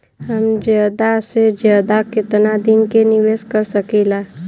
हम ज्यदा से ज्यदा केतना दिन के निवेश कर सकिला?